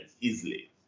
easily